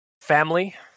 family